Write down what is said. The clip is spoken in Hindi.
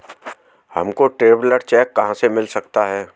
हमको ट्रैवलर चेक कहाँ से मिल सकता है?